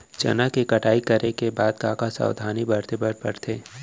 चना के कटाई करे के बाद का का सावधानी बरते बर परथे?